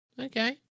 Okay